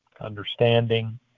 understanding